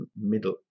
middle